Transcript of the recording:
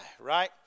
right